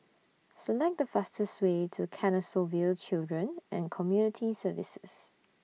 Select The fastest Way to Canossaville Children and Community Services